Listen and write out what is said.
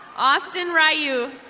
austin rayou.